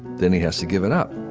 then he has to give it up.